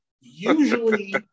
Usually